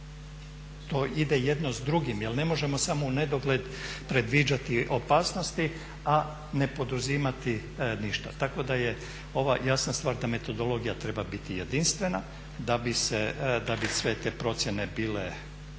To ide jedno s drugim jer ne možemo samo unedogled predviđati opasnosti, a ne poduzimati ništa. Tako da je ova jasna stvar da metodologija treba biti jedinstvena da bi sve te procjene bile